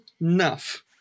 Enough